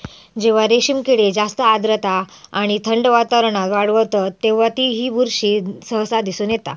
जेव्हा रेशीम किडे जास्त आर्द्रता आणि थंड वातावरणात वाढतत तेव्हा ही बुरशी सहसा दिसून येता